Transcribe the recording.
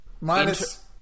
Minus